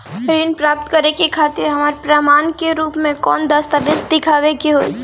ऋण प्राप्त करे खातिर हमरा प्रमाण के रूप में कौन दस्तावेज़ दिखावे के होई?